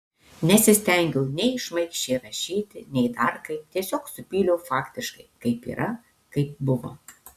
nesistengiau nei šmaikščiai rašyti nei dar kaip tiesiog supyliau faktiškai kaip yra kaip buvo